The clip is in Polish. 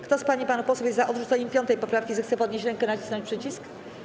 Kto z pań i panów posłów jest za odrzuceniem 5. poprawki, zechce podnieść rękę i nacisnąć przycisk.